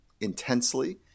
intensely